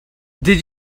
did